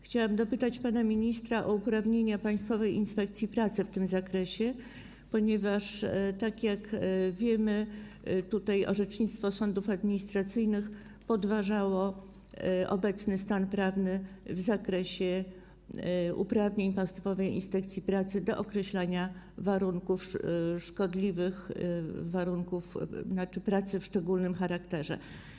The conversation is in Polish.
Chciałam dopytać pana ministra o uprawnienia Państwowej Inspekcji Pracy w tym zakresie, ponieważ, jak wiemy, orzecznictwo sądów administracyjnych podważało obecny stan prawny w zakresie uprawnień Państwowej Inspekcji Pracy do określania warunków szkodliwych, pracy o szczególnym charakterze.